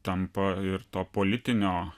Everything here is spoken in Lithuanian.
tampa ir to politinio